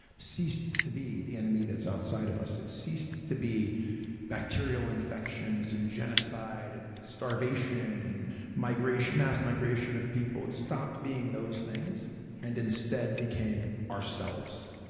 ceased to be the enemy that's outside of us. it ceased to be bacterial infections and genocide and starvation and mass migration of people. it stopped being those things and instead became ourselves.